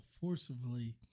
forcibly